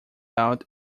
out